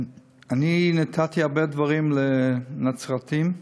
נתתי הרבה דברים לנצרתים.